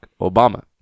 Obama